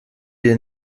ihr